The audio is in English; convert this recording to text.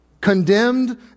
Condemned